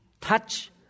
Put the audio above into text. touch